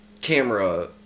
camera